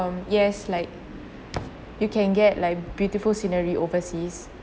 yes like you can get like beautiful scenery overseas